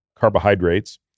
Carbohydrates